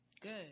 Good